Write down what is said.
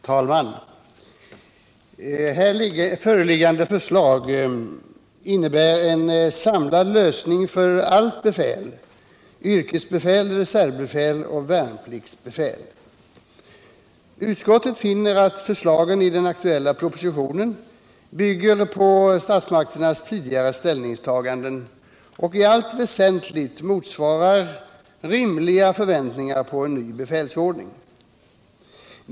Herr talman! Nu föreliggande förslag till en ny befälsordning innebär en samlad lösning för allt befäl — yrkesbefäl, reservbefäl och värnpliktsbefäl. Utskottet finner att förslagen i den aktuella propositionen bygger på statsmakternas tidigare ställningstaganden och i allt väsentligt motsvarar rimliga förväntningar på en ny befälsordning.